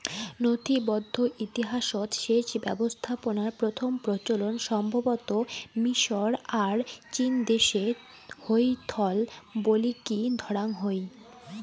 নথিবদ্ধ ইতিহাসৎ সেচ ব্যবস্থাপনার প্রথম প্রচলন সম্ভবতঃ মিশর আর চীনদেশে হইথল বলিকি ধরাং হই